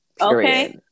Okay